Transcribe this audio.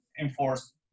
enforce